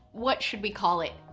what should we call it,